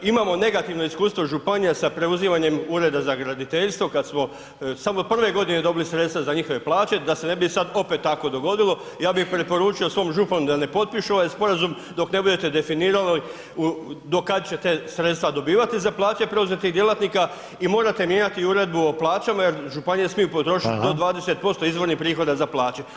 Imamo negativno iskustvo županija sa preuzimanjem ureda za graditeljstvo kad smo samo prve godine dobili sredstava za njihove plaće, da se ne bi sad opet tako dogodilo ja bi i preporučio svom županu da ne potpišu ovaj sporazum dok ne budete definirali do kada ćete sredstava dobivati za plaće preuzetih djelatnika i morate mijenjati uredbu o plaćama jer županije smiju potrošiti do [[Upadica: Hvala.]] 20% izvornih prihoda za plaće, a to niste naveli.